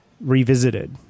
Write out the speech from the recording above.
Revisited